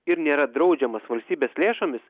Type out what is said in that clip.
ir nėra draudžiamas valstybės lėšomis